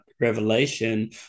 revelation